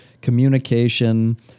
communication